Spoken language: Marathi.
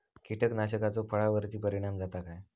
कीटकनाशकाचो फळावर्ती परिणाम जाता काय?